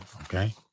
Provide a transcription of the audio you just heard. Okay